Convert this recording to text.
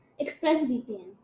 ExpressVPN